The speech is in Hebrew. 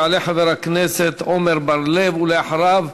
יעלה חבר הכנסת עמר בר-לב, ואחריו,